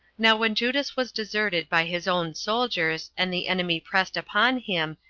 now when judas was deserted by his own soldiers, and the enemy pressed upon him,